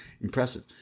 Impressive